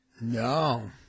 No